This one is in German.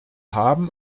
haben